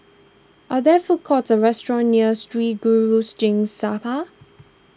are there food courts or restaurants near Sri Guru Singh Sabha